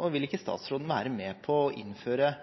og vil ikke statsråden være med på å innføre